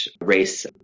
race